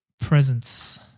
presence